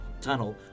tunnel